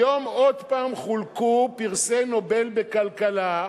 היום עוד פעם חולקו פרסי נובל בכלכלה,